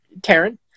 Taryn